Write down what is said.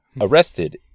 Arrested